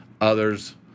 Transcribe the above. others